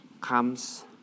comes